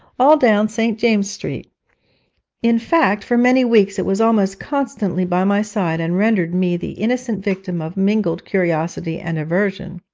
all down st. james's street in fact, for many weeks it was almost constantly by my side, and rendered me the innocent victim of mingled curiosity and aversion.